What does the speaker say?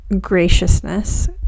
graciousness